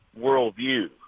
worldview